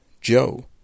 Joe